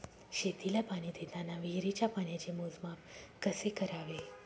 शेतीला पाणी देताना विहिरीच्या पाण्याचे मोजमाप कसे करावे?